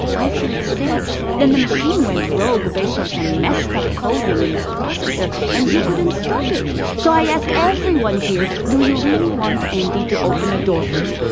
i felt safe. then the machine went rogue based on some messed up coding in its processor, and you couldn't stop it. so i ask everyone here, do you really want andi to open a door for you?